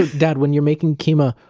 dad, when you're making keema,